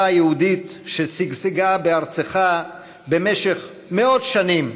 היהודית ששגשגה בארצך במשך מאות שנים,